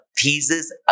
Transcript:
thesis